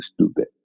stupid